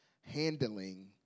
Handling